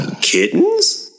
Kittens